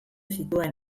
zituen